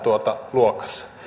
luokassa